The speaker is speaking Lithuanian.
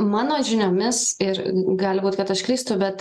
mano žiniomis ir gali būt kad aš klystu bet